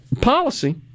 Policy